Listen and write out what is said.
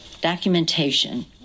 documentation